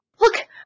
Look